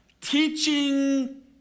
teaching